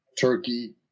Turkey